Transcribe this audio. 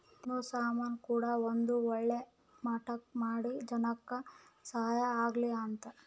ತಿನ್ನೋ ಸಾಮನ್ ಕೂಡ ಒಂದ್ ಒಳ್ಳೆ ಮಟ್ಟಕ್ ಮಾಡಿ ಜನಕ್ ಸಹಾಯ ಆಗ್ಲಿ ಅಂತ